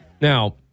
Now